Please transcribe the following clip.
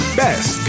best